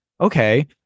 okay